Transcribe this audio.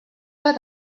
bat